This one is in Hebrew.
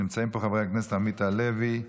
נמצאים פה חברי הכנסת עמית הלוי,